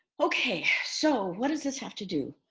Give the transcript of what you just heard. okay, so what does this have to do